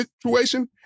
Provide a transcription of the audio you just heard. situation